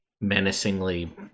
menacingly